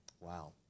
Wow